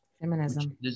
Feminism